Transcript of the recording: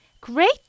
Great